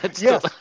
Yes